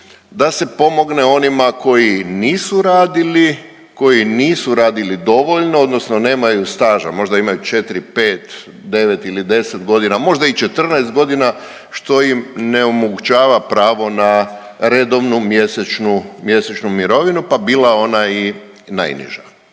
da se pomogne onima koji nisu radili, koji nisu radili dovoljno, odnosno nemaju staža. Možda imaju 4, 5, 9 ili 10 godina, možda i 14 godina što im n omogućava pravo na redovnu mjesečnu mirovinu, pa bila ona i najniža.